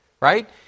right